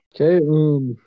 Okay